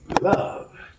love